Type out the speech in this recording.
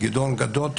גדעון גדות,